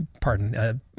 Pardon